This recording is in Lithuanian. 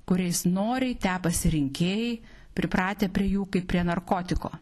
kuriais noriai tepasi rinkėjai pripratę prie jų kaip prie narkotiko